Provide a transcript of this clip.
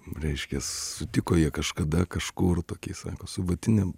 reiškias sutiko jie kažkada kažkur tokį sako su vatinėm